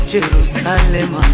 Jerusalem